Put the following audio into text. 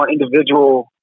individual